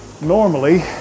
normally